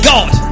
God